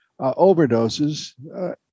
overdoses